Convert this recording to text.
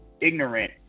ignorant